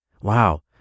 wow